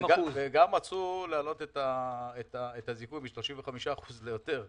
גם רצו להעלות את הזיכוי מ-35% ליותר,